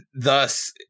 thus